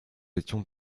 étions